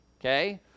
okay